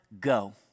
go